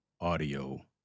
audio